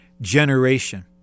generation